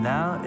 Now